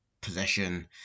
possession